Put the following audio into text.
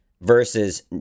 versus